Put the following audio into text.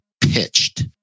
pitched